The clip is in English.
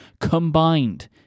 combined